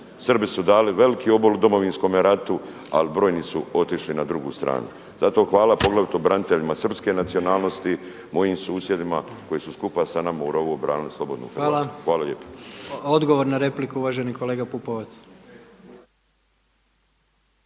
Srbi su dali veliki obol u Domovinskome ratu, ali brojni su otišli na drugu stranu. Zato hvala poglavito braniteljima srpske nacionalnosti, mojim susjedima koji su skupa sa nama u rovovima obranili slobodnu Hrvatsku. Hvala lijepo. **Jandroković, Gordan (HDZ)** Hvala. Odgovor na repliku uvaženi kolega Pupovac.